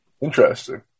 Interesting